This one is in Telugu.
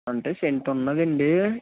అంటే సెంట్ ఉన్నాదండి